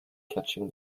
catching